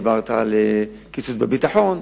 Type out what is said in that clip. על קיצוץ בביטחון,